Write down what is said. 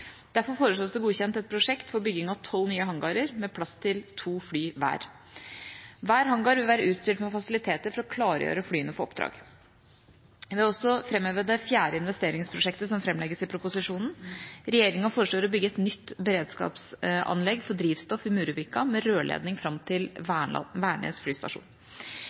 Derfor foreslås det godkjent et prosjekt for bygging av tolv nye hangarer med plass til to fly hver. Hver hangar vil være utstyrt med fasiliteter for å klargjøre flyene for oppdrag. Jeg vil også framheve det fjerde investeringsprosjektet som framlegges i proposisjonen. Regjeringa foreslår å bygge et nytt beredskapsanlegg for drivstoff i Muruvik med rørledning fram til Værnes flystasjon.